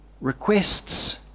requests